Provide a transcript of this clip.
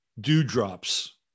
dewdrops